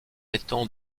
étang